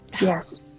Yes